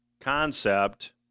concept